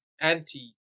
anti